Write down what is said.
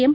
M